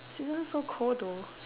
season so cold to